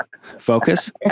focus